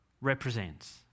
represents